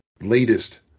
latest